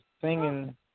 singing